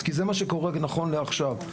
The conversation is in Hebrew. כי זה מה שקורה נכון לעכשיו.